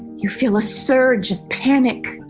you feel a surge of panic.